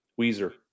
Weezer